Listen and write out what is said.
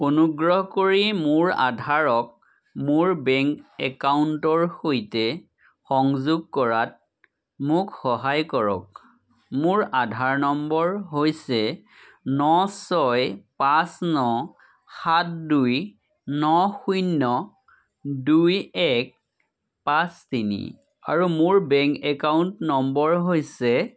অনুগ্ৰহ কৰি মোৰ আধাৰক মোৰ বেংক একাউণ্টৰ সৈতে সংযোগ কৰাত মোক সহায় কৰক মোৰ আধাৰ নম্বৰ হৈছে ন ছয় পাঁচ ন সাত দুই ন শূন্য দুই এক পাঁচ তিনি আৰু মোৰ বেংক একাউণ্ট নম্বৰ হৈছে